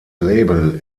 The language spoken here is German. label